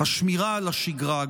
השמירה על השגרה,